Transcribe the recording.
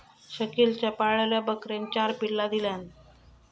शकिलच्या पाळलेल्या बकरेन चार पिल्ला दिल्यान